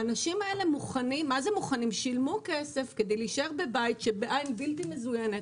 האנשים האלה שילמו כסף כדי להישאר בבית שבעין בלתי מזוינת